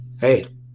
Hey